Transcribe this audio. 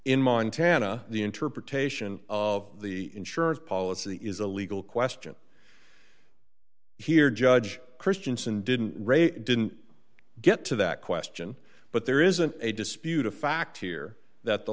in montana the interpretation of the insurance policy is a legal question here judge christianson didn't raise didn't get to that question but there isn't a dispute a fact here that the